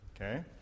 Okay